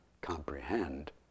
comprehend